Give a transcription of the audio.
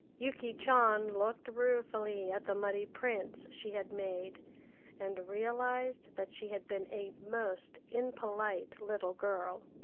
yuki chan looked ruefully at the muddy prints she had made and realized that she had been a most impolite little girl.